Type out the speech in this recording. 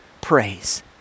praise